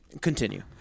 continue